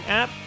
app